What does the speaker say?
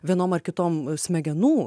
vienom ar kitom smegenų